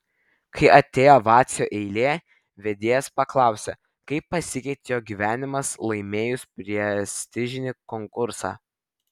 kai atėjo vacio eilė vedėjas paklausė kaip pasikeitė jo gyvenimas laimėjus prestižinį konkursą